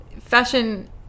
fashion